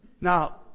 Now